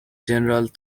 general